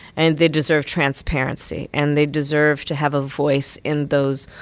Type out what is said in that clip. and they deserve transparency, and they deserve to have a voice in those,